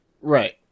Right